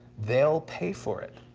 they'll pay for it.